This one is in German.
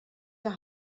der